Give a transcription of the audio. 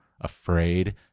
afraid